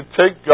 take